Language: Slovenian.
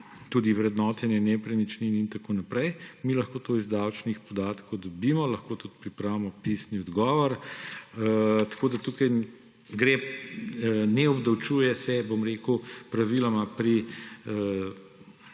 tudi vrednotenje nepremičnin in tako naprej. Mi lahko to iz davčnih podatkov dobimo, lahko tudi pripravimo pisni odgovor. Ne obdavčuje se, bom rekel, praviloma pri